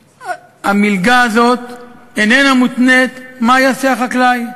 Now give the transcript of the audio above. המלגה הזאת איננה מותנית במה יעשה החקלאי.